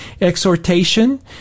exhortation